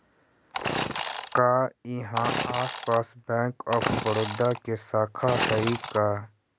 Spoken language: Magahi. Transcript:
का इहाँ आसपास बैंक ऑफ बड़ोदा के शाखा हइ का?